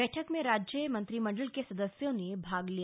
बैठक में राज्य मंत्रिमंडल के सदस्यों ने भाग लिया